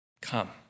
Come